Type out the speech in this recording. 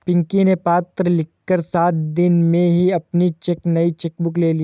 पिंकी ने पत्र लिखकर सात दिन में ही अपनी नयी चेक बुक ले ली